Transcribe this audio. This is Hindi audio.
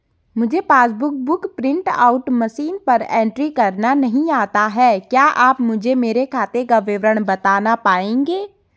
मुझे passbook book print out machine पर एंट्री करना नहीं आता है क्या आप मुझे मेरे खाते का विवरण बताना पाएंगे?